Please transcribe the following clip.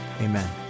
amen